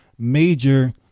Major